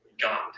God